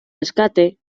rescate